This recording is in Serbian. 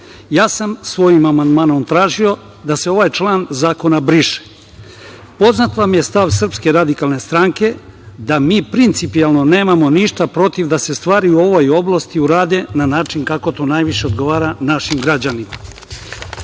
Ja sam svojim amandmanom tražio da se ovaj član zakona briše. Poznat vam je stav SRS da mi principijelno nemamo ništa protiv da se stvari u ovoj oblasti urade na način kako to najviše odgovara našim građanima.Međutim,